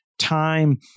time